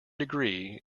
degree